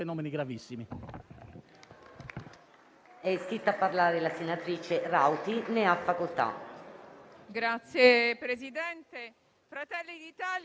fenomeni gravissimi.